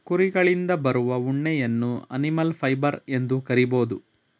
ಕುರಿಗಳಿಂದ ಬರುವ ಉಣ್ಣೆಯನ್ನು ಅನಿಮಲ್ ಫೈಬರ್ ಎಂದು ಕರಿಬೋದು